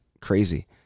crazy